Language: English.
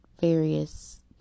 various